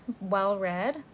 well-read